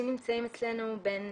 אנשים נמצאים אצלנו בין